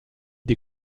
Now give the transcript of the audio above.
des